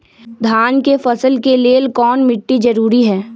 धान के फसल के लेल कौन मिट्टी जरूरी है?